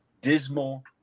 dismal